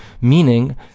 meaning